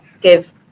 give